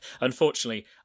unfortunately